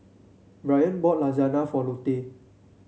Bryan bought Lasagna for Lute